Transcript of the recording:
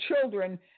children